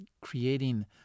creating